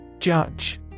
Judge